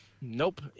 Nope